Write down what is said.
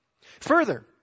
Further